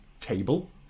table